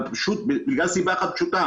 זה בגלל סיבה אחת פשוטה